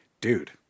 dude